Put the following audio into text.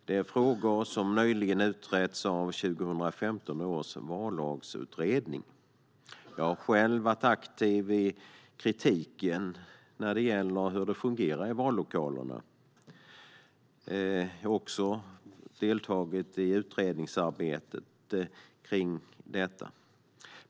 Det är frågor som nyligen utretts av 2015 års vallagsutredning. Jag har själv varit aktiv i kritiken när det gäller hur det fungerar i vallokalerna. Jag har också deltagit i utredningsarbetet kring detta.